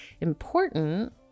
important